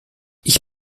ich